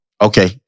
Okay